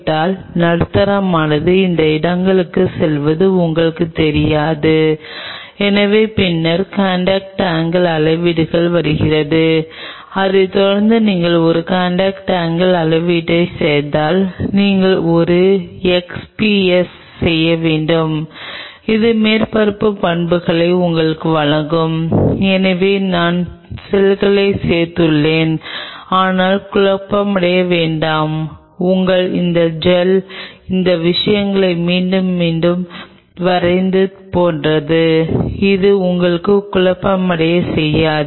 அவர்கள் எவ்வளவு ஒற்றுமை வைத்திருக்கிறார்கள் அல்லது எவ்வளவு ஒற்றுமையுடன் இருக்கிறார்கள் என்பது அவர்களின் இரண்டாவது விஷயத்தில் நீங்கள் என்ன செய்ய முடியும் என்பது நீங்கள் செய்யக்கூடிய மிக எளிதான வழிகள் இப்போது நீங்கள் முப்பது நிமிடங்கள் என்று சொல்ல காத்திருக்கும் இந்த டிஷ் எடுத்துக் கொள்ளுங்கள் பின்னர் நீங்கள் டிஷ் சற்றே சாய்கிறீர்கள்